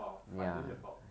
!wah! finally can talk